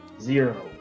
Zero